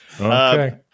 Okay